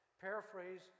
Paraphrase